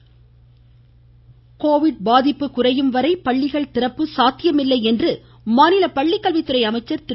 Sengottaiyan Covid பாதிப்பு குறையும் வரை பள்ளிகள் திறப்பு சாத்தியமில்லை என்று மாநில பள்ளிக்கல்வித்துறை அமைச்சர் திரு